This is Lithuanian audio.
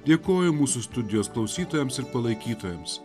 dėkoju mūsų studijos klausytojams ir palaikytojams